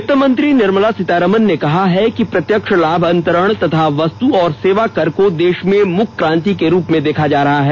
वित्तमंत्री निर्मला सीतारामन ने कहा है कि प्रत्यक्ष लाभ अंतरण तथा वस्तु और सेवा कर को देश में मूक क्रांति के रूप में देखा जा रहा है